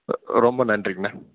ரொ ரொம்ப நன்றிங்கண்ணா